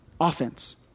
Offense